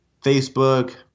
Facebook